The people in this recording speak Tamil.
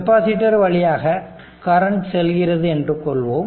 கெப்பாசிட்டர் வழியாக கரண்ட் செல்கிறது என்று கொள்வோம்